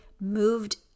moved